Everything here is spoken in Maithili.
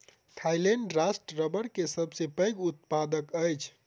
थाईलैंड राष्ट्र रबड़ के सबसे पैघ उत्पादक अछि